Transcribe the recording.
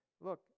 look